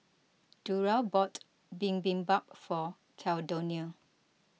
Durrell bought Bibimbap for Caldonia